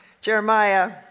Jeremiah